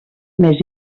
més